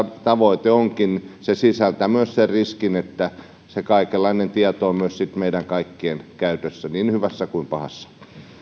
onkin sisältää myös sen riskin että se kaikenlainen tieto on sitten meidän kaikkien käytössä niin hyvässä kuin pahassa